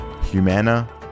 Humana